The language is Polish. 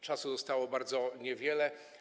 Czasu zostało bardzo niewiele.